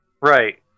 Right